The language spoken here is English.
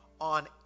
on